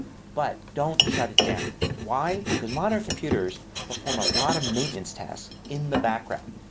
but don't shut it down. why? because modern computers perform a lot of maintenance tasks in the background.